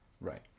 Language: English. Right